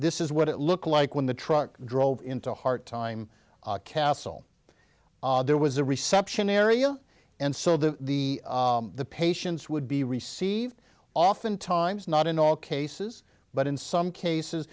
this is what it looked like when the truck drove into a hard time castle there was a reception area and so the the the patients would be received often times not in all cases but in some cases